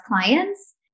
clients